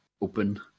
open